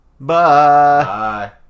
Bye